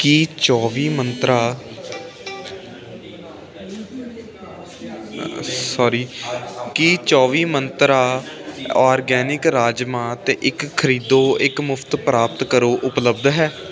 ਕੀ ਚੌਵੀ ਮੰਤਰਾ ਸੋਰੀ ਕੀ ਚੌਵੀ ਮੰਤਰਾ ਓਰਗੈਨਿਕ ਰਾਜਮਾ 'ਤੇ ਇੱਕ ਖਰੀਦੋ ਇੱਕ ਮੁਫਤ ਪ੍ਰਾਪਤ ਕਰੋ ਉਪਲੱਬਧ ਹੈ